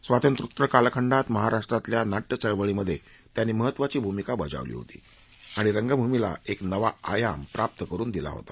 स्वातंत्र्योत्तर कालखंडात महाराष्ट्रातल्या नाट्य चळवळीमध्ये त्यांनी महत्वाची भूमिका बजावली होती आणि रंगभूमीला नवा आयाम प्राप्त करुन दिला होता